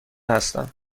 هستم